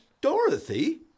Dorothy